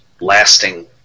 lasting